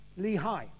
Lehi